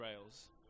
rails